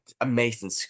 amazing